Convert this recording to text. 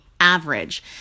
average